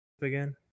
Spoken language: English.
again